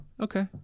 Okay